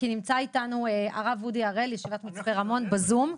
נמצא איתנו הרב אודי הראל מישיבת מצפה רמון בזום.